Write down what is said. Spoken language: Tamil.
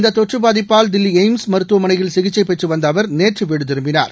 இந்த தொற்று பாதிப்பால் தில்லி எய்ம்ஸ் மருத்துவமனையில் சிகிச்சை பெற்று வந்த அவர் நேற்று வீடு திரும்பினார்